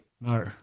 No